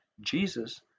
Jesus